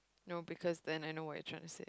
no because then I know what you're trying to say